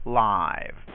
live